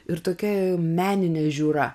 ir tokia meninė žiūra